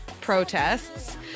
protests